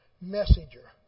messenger